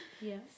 yes